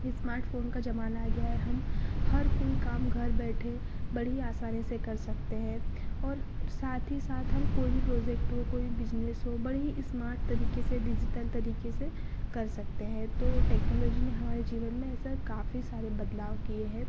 smart phone का ज़माना आ गया है हम हर कोई काम घर बैठे बड़ी ही आसानी से कर सकते हैं और साथ ही साथ हम कोई भी प्रोजेक्ट हो कोई भी बिज़नेस हो बड़ी ही इस्मार्ट तरीके से डिजिटल तरीके से कर सकते हैं तो टेक्नोलॉजी ने हमारे जीवन में ऐसा काफ़ी सारे बदलाव किए हैं